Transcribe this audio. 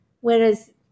whereas